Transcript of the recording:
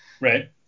Right